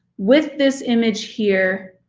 with this image here,